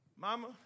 Mama